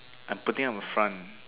I'm putting up a front